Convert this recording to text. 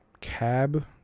cab